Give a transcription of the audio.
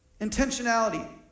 Intentionality